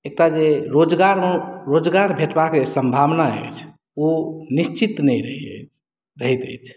एकटा जे रोजगार रोजगार भेटबाक जे सम्भावना अछि ओ निश्चित नहि अइ रहैत अछि